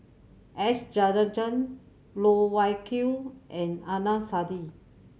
S Rajendran Loh Wai Kiew and Adnan Saidi